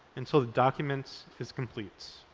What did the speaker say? until the document is complete.